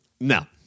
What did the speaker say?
No